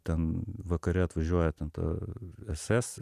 ten vakare atvažiuoja ten ta s s